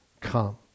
come